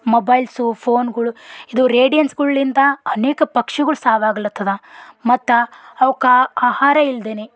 mobiles ಫೋನ್ಗಳು ಇದು ರೇಡಿಯನ್ಸ್ಗಳ್ನಿಂದ ಅನೇಕ ಪಕ್ಷಿಗಳ ಸಾವಾಗ್ಲತದ ಮತ್ತು ಅವಕ್ಕೆ ಆಹಾರ ಇಲ್ದೇ